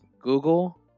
Google